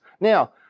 Now